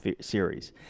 series